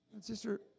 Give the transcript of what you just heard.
Sister